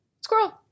squirrel